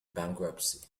bankruptcy